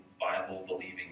Bible-believing